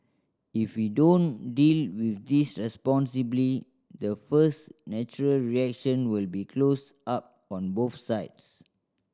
if we don't deal with this responsibly the first natural reaction will be close up on both sides